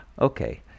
okay